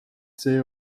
see